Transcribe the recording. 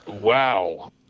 wow